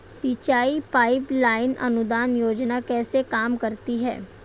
सिंचाई pipeline अनुदान योजना कैसे काम करती है?